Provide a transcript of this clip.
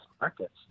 markets